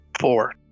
Four